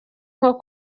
nko